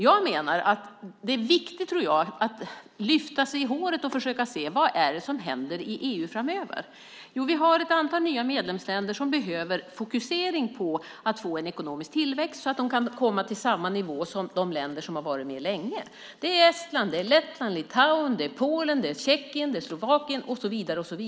Jag menar att det är viktigt att lyfta sig i håret och försöka se vad som händer i EU framöver. Vi har ett antal nya medlemsländer som behöver fokusering på att få en ekonomisk tillväxt så att de kan komma till samma nivå som de länder som har varit med länge. Det är Estland, Lettland, Litauen, Polen, Tjeckien, Slovakien och så vidare.